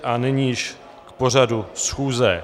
A nyní již k pořadu schůze.